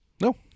no